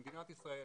למדינת ישראל